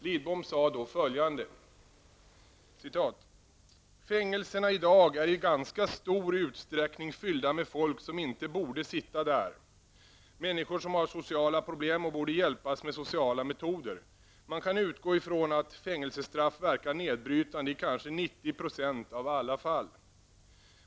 Lidbom sade då följande: ''Fängelserna i dag är i ganska stor utsträckning fyllda med folk som inte borde sitta där, människor som har sociala problem och borde hjälpas med sociala metoder. Man kan utgå från att fängelsestraff verkar nedbrytande i kanske 90 procent av alla fall.